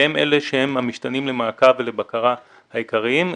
והם אלה שהם המשתנים למעקב ולבקרה העיקריים.